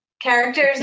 Characters